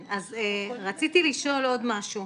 רציתי לשאול עוד משהו,